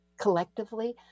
collectively